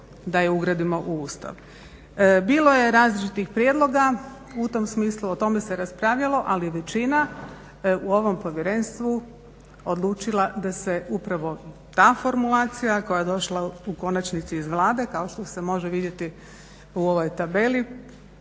da je ugradimo u Ustav. Bilo je različitih prijedloga. U tom smislu o tome se raspravljalo, ali je većina u ovom povjerenstvu odlučila da se upravo ta formulacija koja je došla u konačnici iz Vlade, kao što se može vidjeti u ovoj tabeli,